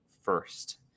first